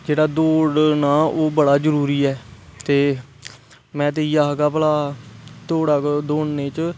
जेहडा दौडना ओह् बड़ा जरुरी ऐ ते में ते इयै आक्खगा भला दौड़ा करो दौड़ने च